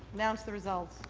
announce the result.